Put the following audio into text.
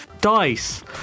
dice